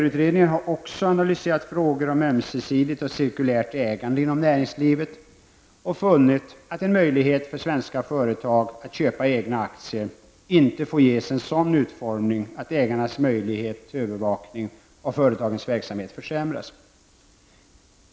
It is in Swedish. Utredningen har också analyserat frågor om ömsesidigt och cirkulärt ägande inom näringslivet och funnit att en möjlighet för svenska företag att köpa egna aktier inte får ges en sådan utformning att ägarnas möjlighet till övervakning av företagens verksamhet försämras.